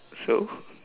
so